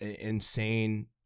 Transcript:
insane